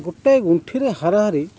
ଗୋଟାଏ ଗୁଣ୍ଠରେ ହାରାହାରି